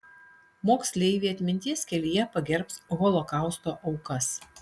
moksleiviai atminties kelyje pagerbs holokausto aukas